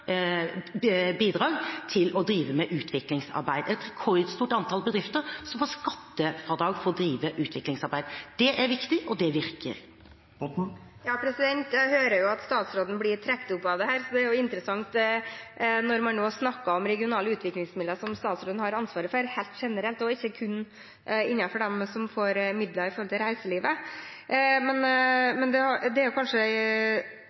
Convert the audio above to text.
bedrifter som får skattefradrag for å drive utviklingsarbeid. Det er viktig, og det virker. Jeg hører jo at statsråden lar seg trekke opp av dette, og det er jo interessant når man nå snakker om regionale utviklingsmidler, som statsråden har ansvaret for, helt generelt, og ikke kun om dem som får midler knyttet til reiselivet.